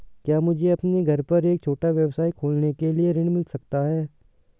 क्या मुझे अपने घर पर एक छोटा व्यवसाय खोलने के लिए ऋण मिल सकता है?